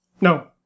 No